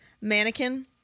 mannequin